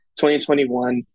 2021